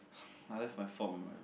I left my form in my room